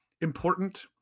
important